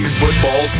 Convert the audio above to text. football